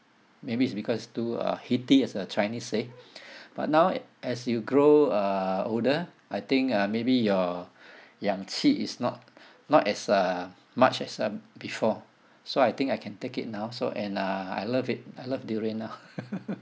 maybe it's because it's too uh heaty as uh chinese say but now as you grow uh older I think uh maybe your yangchi is not not as uh much as uh before so I think I can take it now so and uh I love it I love durian now